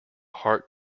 heart